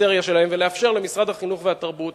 ההיסטריה שלהם ולאפשר למשרד החינוך והתרבות,